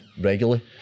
regularly